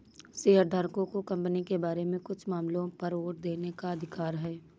शेयरधारकों को कंपनी के बारे में कुछ मामलों पर वोट देने का अधिकार है